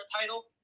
title